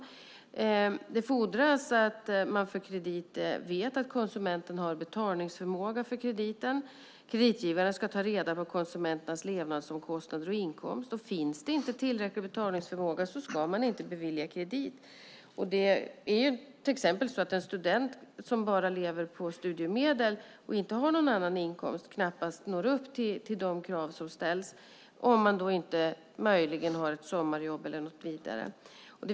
För att ge kredit fordras det att man vet att konsumenten har betalningsförmåga för krediten. Kreditgivaren ska ta reda på konsumenternas levnadsomkostnader och inkomst. Finns det inte tillräcklig betalningsförmåga ska man inte bevilja kredit. Till exempel en student som lever på bara studiemedel och inte har någon annan inkomst når knappast upp till de krav som ställs om han eller hon inte har ett sommarjobb eller liknande.